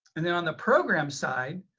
and then on the program side,